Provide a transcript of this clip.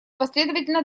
последовательно